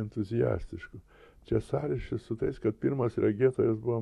entuziastišku čia sąryšis su tais kad pirmas regėtojas buvo